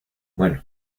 bueno